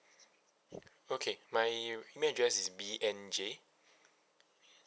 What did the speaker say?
okay my email address is B N J